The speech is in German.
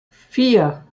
vier